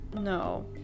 No